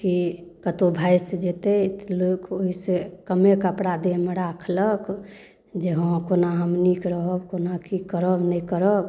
कि कतौ भाइस जेतै तऽ लोक ओइसँ कमे कपड़ा देहमे राखलक जे हँ कोना हम नीक रहब कोना की करब नहि करब